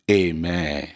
amen